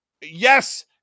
Yes